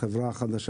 החברה החדשה